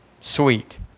sweet